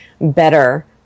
better